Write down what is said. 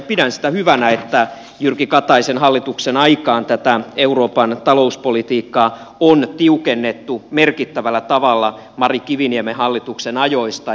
pidän sitä hyvänä että jyrki kataisen hallituksen aikaan tätä euroopan talouspolitiikkaa on tiukennettu merkittävällä tavalla mari kiviniemen hallituksen ajoista